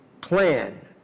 plan